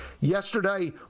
yesterday